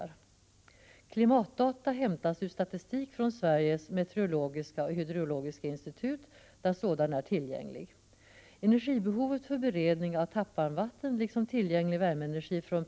0 Klimatdata hämtas ur statistik från Sveriges meteorologiska och hydrologiska institut, där sådan är tillgänglig.